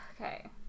Okay